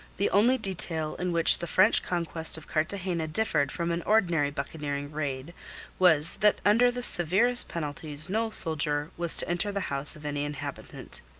the only detail in which the french conquest of cartagena differed from an ordinary buccaneering raid was that under the severest penalties no soldier was to enter the house of any inhabitant.